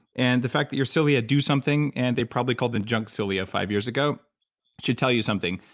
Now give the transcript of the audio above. and the fact that your cilia do something, and they probably called them junk cilia five years ago should tell you something.